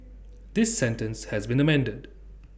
this sentence has been amended